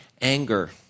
anger